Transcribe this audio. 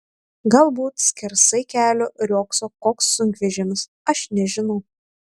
galbūt skersai kelio riogso koks sunkvežimis aš nežinau